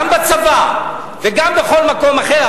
גם בצבא וגם בכל מקום אחר,